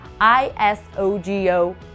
I-S-O-G-O